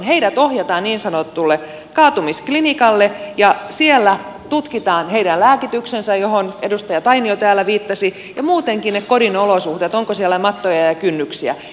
heidät ohjataan niin sanotulle kaatumisklinikalle ja siellä tutkitaan heidän lääkityksensä johon edustaja tainio täällä viittasi ja muutenkin ne kodin olosuhteet onko siellä mattoja ja kynnyksiä